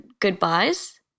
goodbyes